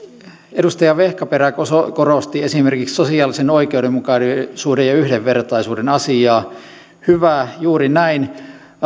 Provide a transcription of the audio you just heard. edustaja vehkaperä korosti esimerkiksi sosiaalisen oikeudenmukaisuuden ja yhdenvertaisuuden asiaa hyvä juuri näin